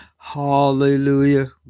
Hallelujah